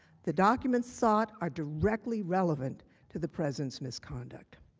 the documents sought are directly relevant to the president's misconduct.